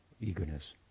eagerness